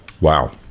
Wow